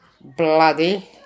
bloody